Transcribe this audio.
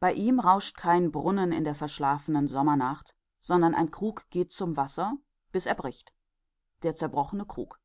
bei ihm rauscht kein brunnen in der verschlafenen sommernacht sondern ein krug geht zum wasser bis er bricht der zerbrochene krug